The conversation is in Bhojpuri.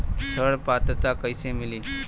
ऋण पात्रता कइसे मिली?